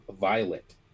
violet